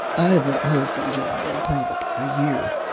i had not heard from john in probably a year.